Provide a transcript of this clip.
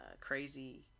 crazy